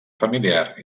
familiar